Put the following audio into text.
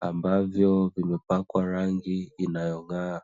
ambavyo vimepakwa rangi inayong'aa.